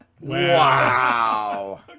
Wow